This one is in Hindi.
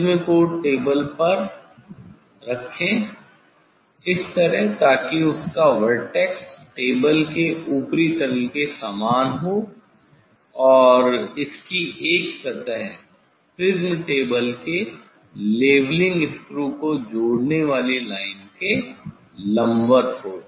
प्रिज्म को टेबल पर रखें इस तरह ताकि इसका वर्टेक्स टेबल के ऊपरी तल के समान हो और इसकी एक सतह प्रिज्म टेबल के लेवलिंग स्क्रू को जोड़ने वाली लाइन के लंबवत हो